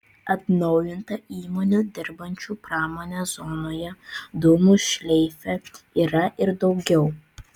atnaujinta įmonių dirbančių pramonės zonoje dūmų šleife yra ir daugiau